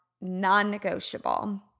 non-negotiable